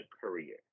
career